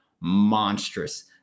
monstrous